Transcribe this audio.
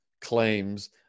claims